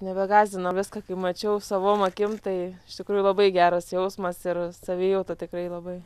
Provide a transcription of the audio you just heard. nebegąsdina viską kai mačiau savom akim tai iš tikrųjų labai geras jausmas ir savijauta tikrai labai